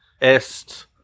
est